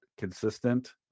consistent